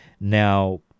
Now